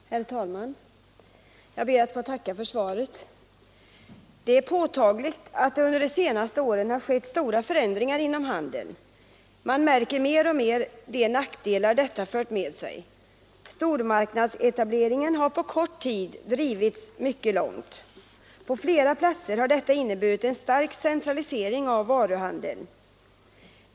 Herr talman! Jag ber att få tacka för svaret. Det är påtagligt att det under de senaste åren har skett stora förändringar inom handeln, och man märker mer och mer de nackdelar detta fört med sig. Stormarknadsetableringen har på kort tid drivits mycket långt. På flera platser har detta inneburit en stark centralisering av varuhandeln.